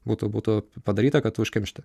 būtų būtų padaryta kad užkimšti